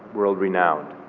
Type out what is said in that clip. world renowned.